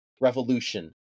revolution